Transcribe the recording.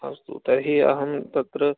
अस्तु तर्हि अहं तत्र